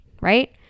right